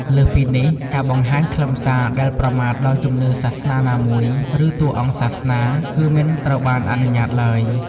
លើសពីនេះ ការបង្ហាញខ្លឹមសារដែលប្រមាថដល់ជំនឿសាសនាណាមួយ ឬតួអង្គសាសនា គឺមិនត្រូវបានអនុញ្ញាតឡើយ។